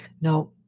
Now